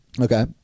Okay